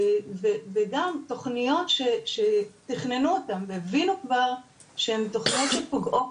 וגם תוכניות שתכננו אותם והבינו כבר שהם תוכניות שפוגעות,